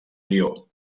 lió